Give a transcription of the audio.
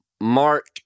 Mark